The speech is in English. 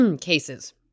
cases